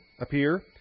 appear